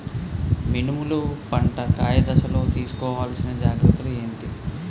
మినుములు పంట కాయ దశలో తిస్కోవాలసిన జాగ్రత్తలు ఏంటి?